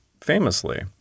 famously